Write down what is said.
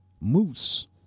moose